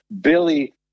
Billy